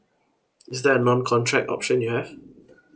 is there a non-contract option you have